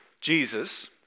Jesus